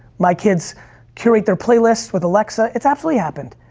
my kids curate their playlists with alexa, it's absolutely happened.